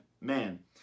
man